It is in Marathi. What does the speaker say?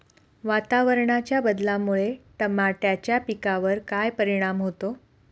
वातावरणाच्या बदलामुळे टमाट्याच्या पिकावर काय परिणाम होतो?